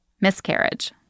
miscarriage